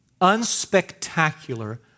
unspectacular